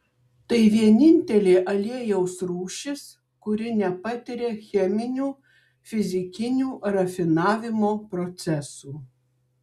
tai vienintelė aliejaus rūšis kuri nepatiria cheminių fizikinių rafinavimo procesų